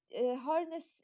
harness